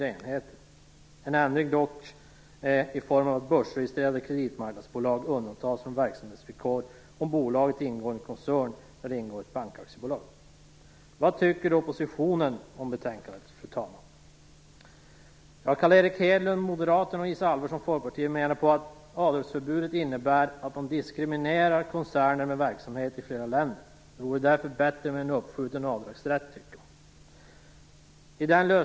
Här föreslås dock en ändring, nämligen att börsregistrerade kreditmarknadsbolag skall undantas från verksamhetsvillkoret om bolaget ingår i en koncern där ett bankaktiebolag ingår. Fru talman! Vad tycker då oppositionen om betänkandet? Ja, Carl Erik Hedlund från Moderaterna och Isa Halvarsson från Folkpartiet menar att avdragsförbudet innebär en diskriminering av koncerner som har verksamhet i flera länder och att det därför vore bättre med en uppskjuten avdragsrätt.